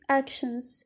actions